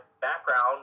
background